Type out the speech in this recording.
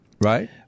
Right